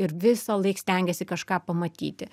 ir visąlaik stengiasi kažką pamatyti